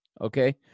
okay